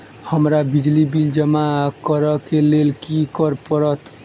हमरा बिजली बिल जमा करऽ केँ लेल की करऽ पड़त?